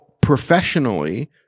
professionally